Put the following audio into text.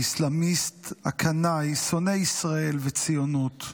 האסלאמיסט הקנאי, שונא ישראל והציונות,